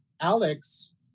Alex